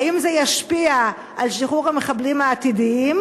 האם זה ישפיע על שחרור המחבלים העתידי?